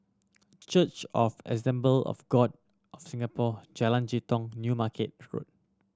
Church of the Assemblies of God of Singapore Jalan Jitong New Market